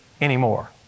anymore